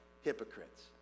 hypocrites